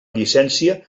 llicència